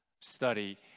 study